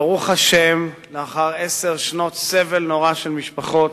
ברוך השם, לאחר עשר שנות סבל נורא של משפחות,